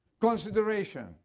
Consideration